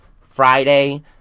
Friday